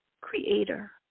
creator